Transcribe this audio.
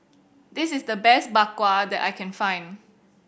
this is the best Bak Kwa that I can find